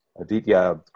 Aditya